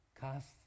Cast